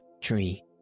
tree